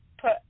put